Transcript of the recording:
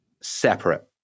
separate